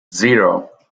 zero